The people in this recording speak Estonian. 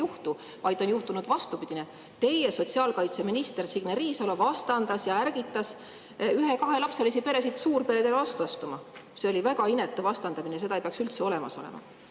juhtu, vaid on juhtunud vastupidine. Teie sotsiaalkaitseminister Signe Riisalo vastandas ja ärgitas ühe- ja kahelapselisi peresid suurperedele vastu astuma. See oli väga inetu vastandamine, seda ei peaks üldse olema. Me